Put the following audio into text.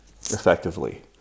effectively